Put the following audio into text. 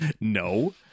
No